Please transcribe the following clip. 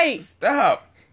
stop